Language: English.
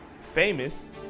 famous